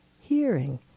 hearing